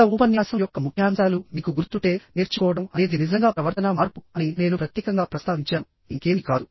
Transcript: గత ఉపన్యాసం యొక్క ముఖ్యాంశాలు మీకు గుర్తుంటే నేర్చుకోవడం అనేది నిజంగా ప్రవర్తనా మార్పు అని నేను ప్రత్యేకంగా ప్రస్తావించాను ఇంకేమీ కాదు